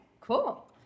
Cool